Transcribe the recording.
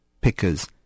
pickers